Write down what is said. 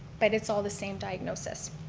but it's all the same diagnosis.